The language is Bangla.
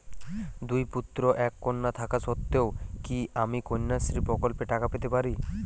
দুই পুত্র এক কন্যা থাকা সত্ত্বেও কি আমি কন্যাশ্রী প্রকল্পে টাকা পেতে পারি?